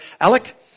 Alec